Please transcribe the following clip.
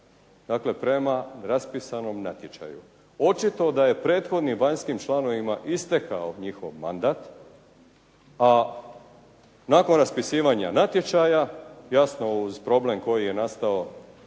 dakle prema raspisanom natječaju. Očito da je prethodnim vanjskim članovima istekao njihov mandat a nakon raspisivanja natječaja jasno uz problem koji je nastao